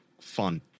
fun